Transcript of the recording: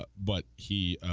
but but he